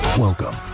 Welcome